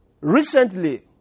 Recently